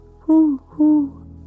Hoo-hoo